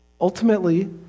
Ultimately